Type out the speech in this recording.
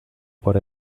por